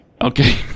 Okay